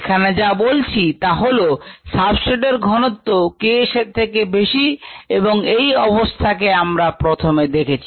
এখানে যা বলছি তা হলো সাবস্ট্রেট এর ঘনত্ব K s এর থেকে বেশি এবং এই অবস্থাকে আমরা প্রথমে দেখেছি